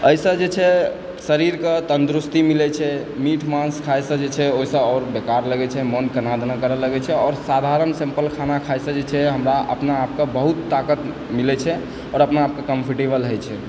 एहिसँ जे छै शरीरके तन्दुरुस्ती मिलैत छै मीट मांस खायसँ जे छै ओहिसँ आओर बेकार लगैत छै मन केना दोना करय लगै छै आओर साधारण सिंपल खाना खाइसँ जे छै हमरा अपनाआपके बहुत ताकत मिलैत छै आओर अपनाआपके कम्फर्टेबल होइत छै